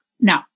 No